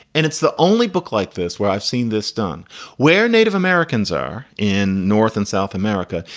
and it's the only book like this where i've seen this done where native americans are in north and south america.